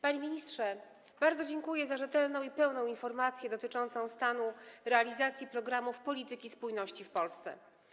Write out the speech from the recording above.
Panie ministrze, bardzo dziękuję za rzetelną i pełną informację dotyczącą stanu realizacji programów polityki spójności w Polsce.